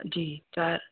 जी त